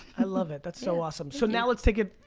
i love it. that's so awesome. so now let's take it,